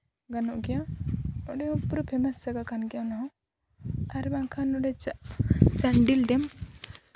ᱜᱟᱱᱚᱜ ᱜᱮᱭᱟ ᱚᱸᱰᱮ ᱦᱚᱸ ᱯᱩᱨᱟᱹ ᱯᱷᱮᱢᱟᱥ ᱡᱟᱭᱜᱟ ᱠᱟᱱ ᱜᱮᱭᱟ ᱚᱱᱟ ᱦᱚᱸ ᱟᱨ ᱵᱟᱝᱠᱷᱟᱱ ᱱᱚᱰᱮ ᱪᱟᱱᱰᱤᱞ ᱰᱮᱢ